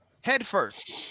headfirst